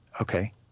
okay